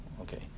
Okay